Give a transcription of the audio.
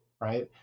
right